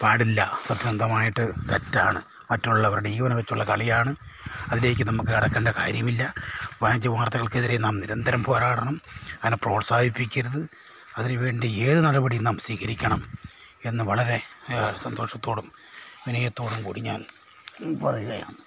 പാടില്ല സത്യസന്ധമായിട്ട് തെറ്റാണ് മറ്റുള്ളവരുടെ ജീവൻ വച്ചുള്ള കളിയാണ് അതിലേക്ക് നമുക്ക് കടക്കേണ്ട കാര്യമില്ല വ്യാജവാർത്തകൾക്കെതിരെ നാം നിരന്തരം പോരാടണം അതിനെ പ്രോത്സാഹിപ്പിക്കരുത് അതിനുവേണ്ടി ഏത് നടപടിയും നാം സ്വീകരിക്കണം എന്ന് വളരെ സന്തോഷത്തോടും വിനയത്തോടും കൂടി ഞാൻ പറയുകയാണ്